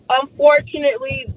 unfortunately